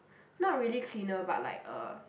not really cleaner but like uh